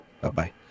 Bye-bye